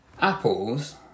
apples